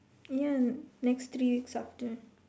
ya next three weeks afternoon